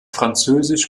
französisch